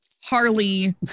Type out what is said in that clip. Harley